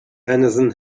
henderson